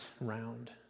round